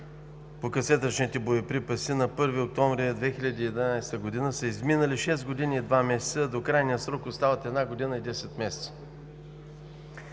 по касетъчните боеприпаси на 1 октомври 2011 г. са изминали 6 години и 2 месеца, а до крайния срок остават 1 година и 10 месеца.